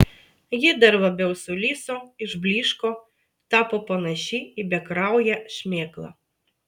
ji dar labiau sulyso išblyško tapo panaši į bekrauję šmėklą